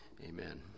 Amen